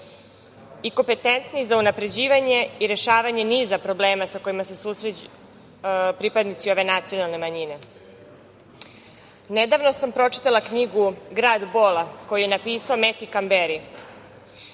i kompetentni za unapređivanje i rešavanje niza problema sa kojima se susreću pripadnici ove nacionalne manjine. Nedavno sam pročitala knjigu „Grad bola“, koju je napisao Meti Kamberi.